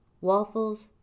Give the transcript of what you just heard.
Waffles